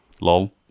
Lol